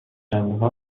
شنبه